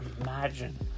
Imagine